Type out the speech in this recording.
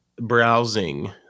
browsing